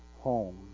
home